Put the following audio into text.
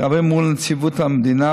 רבים מול נציבות המדינה,